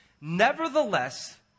Nevertheless